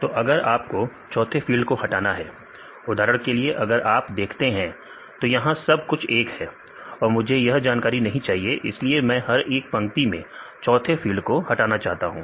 तो अगर आप को चौथे फील्ड को हटाना है उदाहरण के लिए अगर आप देखते हैं तो यहां पर सब कुछ एक है और मुझे यह जानकारी नहीं चाहिए इसलिए मैं हर एक पंक्ति में चौथे फील्ड को हटाना चाहता हूं